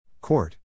Court